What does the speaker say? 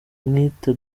bamwita